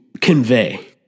convey